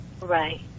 Right